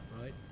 right